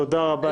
תודה רבה.